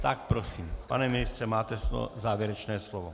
Tak prosím, pane ministře, máte závěrečné slovo.